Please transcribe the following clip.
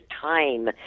time